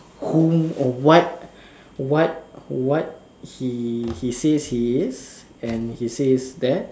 whom or what what what he he says he is and he says that